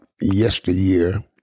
yesteryear